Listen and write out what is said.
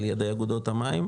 על ידי אגודות המים,